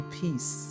peace